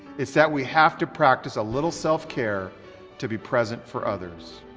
it's that we have to practice a little self-care to be present for others.